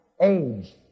Age